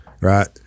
Right